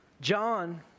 John